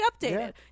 updated